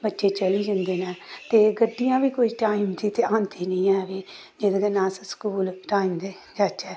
बच्चे चली जंदे न ते गड्डियां बी कोई टाइम दी ते औंदी निं ऐ बी जेह्दे कन्नै अस स्कूल टाइम दे जाचै